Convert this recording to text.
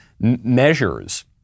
measures